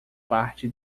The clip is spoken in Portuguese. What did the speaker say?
parte